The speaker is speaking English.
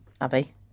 Abby